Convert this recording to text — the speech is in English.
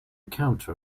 counter